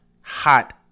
hot